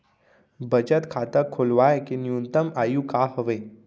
बचत खाता खोलवाय के न्यूनतम आयु का हवे?